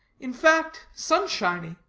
in fact, sunshiny.